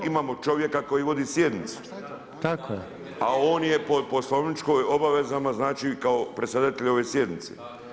Imamo čovjeka koji vodi sjednicu, a on je po poslovničkoj obavezama, znači kao predsjedatelj ove sjednice.